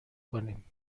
کنیم